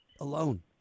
alone